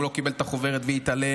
הוא לא קיבל את החוברת והתעלם,